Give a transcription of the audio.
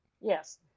Yes